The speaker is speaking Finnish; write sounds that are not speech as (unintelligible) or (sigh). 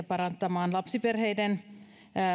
(unintelligible) parantamaan lapsiperheiden